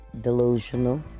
delusional